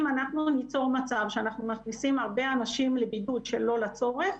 אם אנחנו ניצור מצב שאנחנו מכניסים הרבה אנשים לבידוד שלא לצורך,